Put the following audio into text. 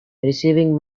receiving